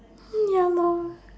ya lah